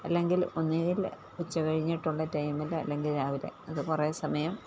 അല്ലെങ്കിൽ ഒന്നുകിൽ ഉച്ച കഴിഞ്ഞിട്ടുള്ള ടൈമിൽ അല്ലെങ്കിൽ രാവിലെ അത് കുറേ സമയം